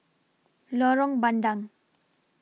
Lorong Bandang